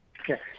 Okay